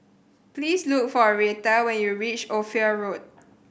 please look for Reatha when you reach Ophir Road